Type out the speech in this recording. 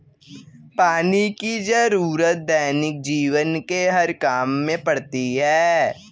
पानी की जरुरत दैनिक जीवन के हर काम में पड़ती है